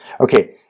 Okay